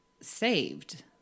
saved